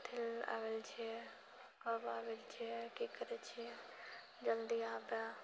कथि लऽ लागल छिऐ कब आबै छिऐ कि करैत छिऐ जल्दी आबए